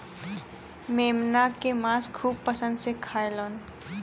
मेमना के मांस खूब पसंद से खाएलन